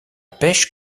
pêche